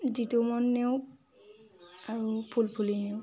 জিতুমন নেওগ আৰু ফুলফুলি নেওগ